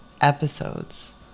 episodes